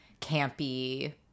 campy